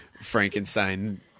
Frankenstein